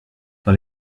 dans